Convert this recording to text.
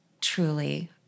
Truly